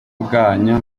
bwanyu